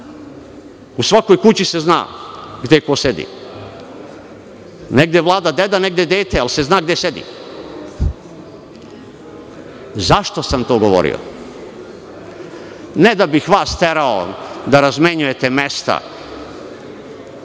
U svakoj kući se zna gde ko sedi. Negde vlada deda, negde dete, ali se zna gde sedi.Zašto sam to govorio? Ne da bih vas terao da razmenjujete mesta,